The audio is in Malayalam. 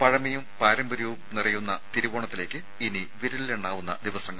പഴമയും പാരമ്പര്യവും നിറയുന്ന തിരുവോണത്തിലേക്ക് ഇനി വിരലിലെണ്ണാവുന്ന ദിവസങ്ങൾ